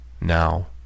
Now